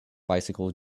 bicycle